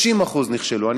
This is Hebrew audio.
60% נכשלו.